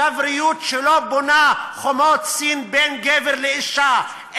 גבריות שלא בונה חומות סין בין גבר לאישה,